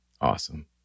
Awesome